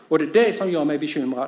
Och det är det som gör mig bekymrad.